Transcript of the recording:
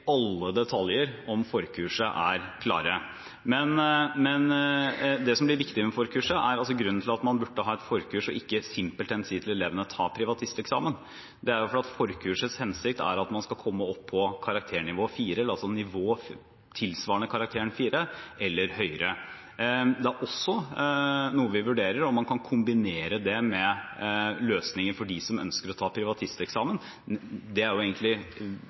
alle detaljer om forkurset er klare. Det som er viktig, og grunnen til at man burde ha et forkurs og ikke simpelthen si til elevene at de skal ta privatisteksamen, er at forkursets hensikt er at man skal komme opp på karakternivå 4, altså nivå tilsvarende karakteren 4 eller høyere. Vi vurderer også om man kan kombinere det med løsninger for dem som ønsker å ta privatisteksamen. Det